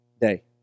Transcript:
day